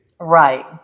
Right